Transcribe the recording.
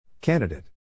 Candidate